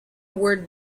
words